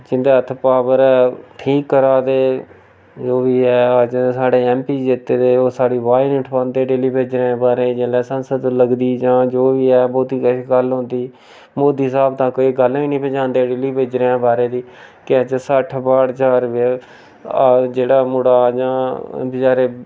जि'न्दे हत्थ पावर ऐ ठीक करा दे जो बी ऐ अज्ज साढ़े ऐम्म पी जित्ते दे ओह् साढ़ी अवाज निं ठोआंदे डेल्ली बेजरें दे बारै जेल्लै संसद लग्गदी जां जो बी है बोह्ती किश गल्ल होंदी मोदी साह्ब तक एह् गल्ल गै निं पजांदे डेल्ली बेजरें दे बारे दी के अज्ज सट्ठ बाट्ठ ज्हार जेह्ड़ा मुड़ा जां बचैरे